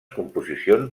composicions